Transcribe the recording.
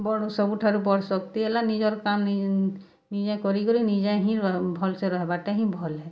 ସବୁଠାରୁ ବଡ଼୍ ଶକ୍ତି ହେଲା ନିଜର୍ କାମ୍ ନିଜେ କରି କରି ନିଜେ ହିଁ ଭଲ୍ସେ ରହେବାର୍ଟା ହିଁ ଭଲ୍ ଏ